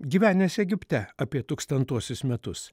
gyvenęs egipte apie tūkstantuosius metus